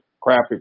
crappy